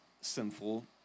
sinful